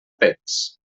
pets